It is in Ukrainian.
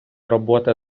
робота